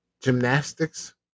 gymnastics